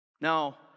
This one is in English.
Now